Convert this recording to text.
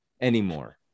anymore